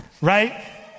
right